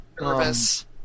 Nervous